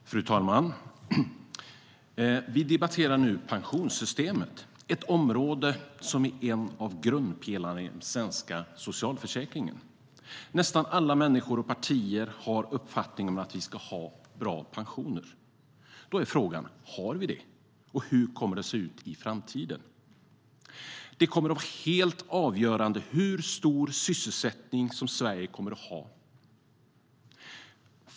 Fru talman! Vi debatterar nu pensionssystemet, ett område som är en av grundpelarna i den svenska socialförsäkringen. Nästan alla människor och partier har uppfattningen att vi ska ha bra pensioner. Då är frågan: Har vi det? Och hur kommer det att se ut i framtiden? Det kommer att vara helt avgörande hur stor sysselsättning som Sverige kommer att ha.